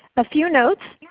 a few notes,